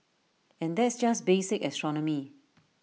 and that's just basic astronomy